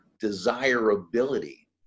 desirability